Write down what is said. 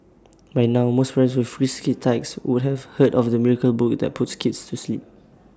by now most with frisky tykes would have heard of the miracle book that puts kids to sleep